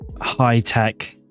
high-tech